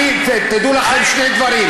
תדעו לכם שני דברים.